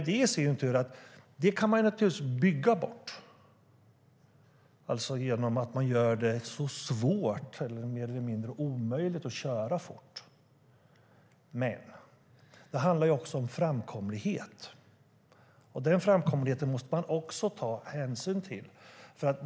Det kan man naturligtvis bygga bort genom att göra det svårt eller mer eller mindre omöjligt att köra fort. Men det handlar också om framkomlighet. Den framkomligheten måste man också ta hänsyn till.